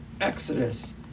exodus